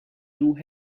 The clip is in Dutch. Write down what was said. doe